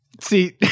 See